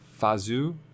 Fazu